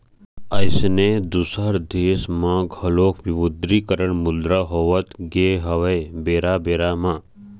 अइसने दुसर देश म घलोक विमुद्रीकरन मुद्रा होवत गे हवय बेरा बेरा म